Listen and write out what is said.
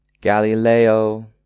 Galileo